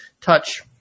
touch